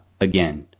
again